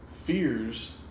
fears